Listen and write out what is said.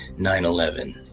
9-11